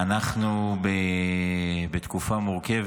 אנחנו בתקופה מורכבת.